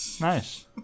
nice